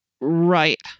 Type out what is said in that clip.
right